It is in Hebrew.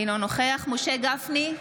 אינו נוכח משה גפני,